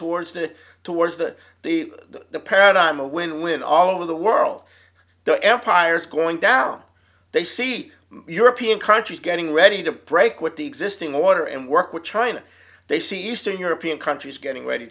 towards the towards the the paradigm a win win all over the world the empires going down they see european countries getting ready to break with the existing water and work with china they see eastern european countries getting ready